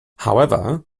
however